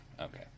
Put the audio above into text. Okay